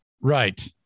Right